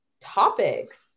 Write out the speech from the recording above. topics